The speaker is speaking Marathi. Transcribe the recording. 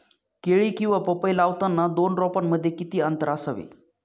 केळी किंवा पपई लावताना दोन रोपांमध्ये किती अंतर असावे?